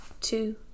two